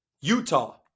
Utah